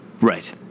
Right